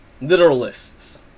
literalists